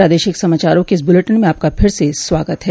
प्रादेशिक समाचारों के इस बुलेटिन में आपका फिर से स्वागत है